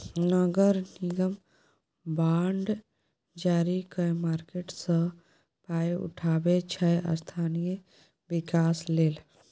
नगर निगम बॉड जारी कए मार्केट सँ पाइ उठाबै छै स्थानीय बिकास लेल